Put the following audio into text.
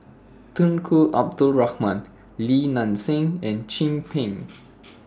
Tunku Abdul Rahman Li Nanxing and Chin Peng